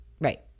Right